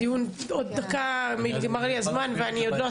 הדיון עוד דקה נגמר לי הזמן ואני עוד לא עשיתי סיכום.